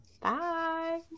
Bye